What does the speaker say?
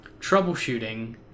troubleshooting